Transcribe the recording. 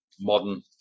modern